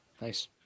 nice